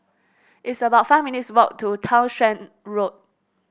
it's about five minutes' walk to Townshend Road